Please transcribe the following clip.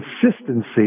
consistency